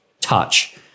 touch